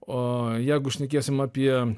o jeigu šnekėsim apie